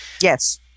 Yes